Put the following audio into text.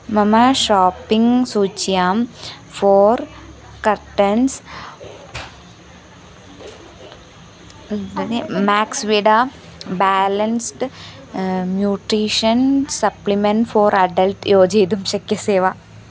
मम शाप्पिङ्ग् सूच्यां for curtains makes वेडा balanced nutrition supplement for adult योजयितुं शक्यसे वा